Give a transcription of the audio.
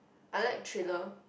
I like thriller